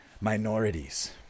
Minorities